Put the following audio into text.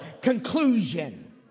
conclusion